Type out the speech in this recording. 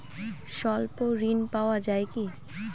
স্বল্প ঋণ পাওয়া য়ায় কি?